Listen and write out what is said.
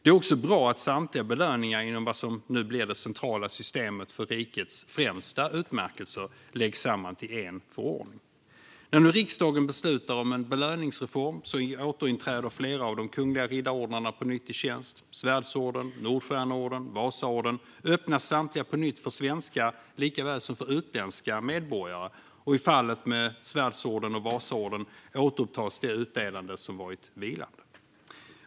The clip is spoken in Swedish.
Det är också bra att samtliga belöningar inom vad som nu blir det centrala systemet för rikets främsta utmärkelser läggs samman i en förordning. När nu riksdagen beslutar om en belöningsreform återinträder flera av de kungliga riddarordnarna på nytt i tjänst. Svärdsorden, Nordstjärneorden och Vasaorden öppnas samtliga på nytt för svenska likaväl som för utländska medborgare, och i fallet med Svärdsorden och Vasaorden återupptas utdelandet som varit vilande.